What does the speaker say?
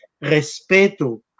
respeto